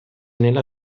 nella